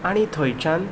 आनी थंयच्यान